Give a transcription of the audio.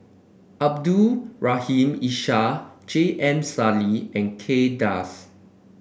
Abdul Rahim Ishak J M Sali and Kay Das